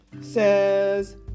says